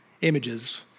images